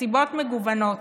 הסיבות מגוונות,